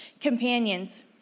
Companions